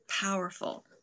powerful